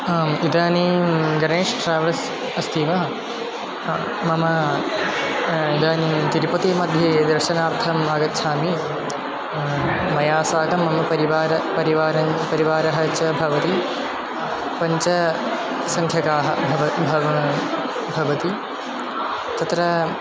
आम् इदानीं गणेशः ट्रावेल्स् अस्ति वा मम इदानीं तिरुपतिः मध्ये दर्शनार्थम् आगच्छामि मया साकं मम परिवारः परिवारञ्च परिवारः च भवति पञ्चसङ्ख्याकाः भवन्ति भवन्ति तत्र